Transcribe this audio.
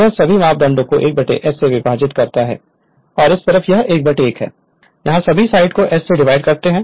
यह सभी मापदंडों को s से विभाजित करता है इस तरफ यह 1 1 है यह सभी साइड डिवाइड s है